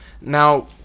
now